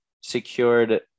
secured